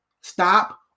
Stop